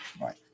Right